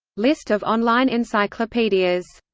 list of online encyclopedias